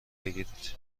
بگیرید